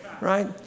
Right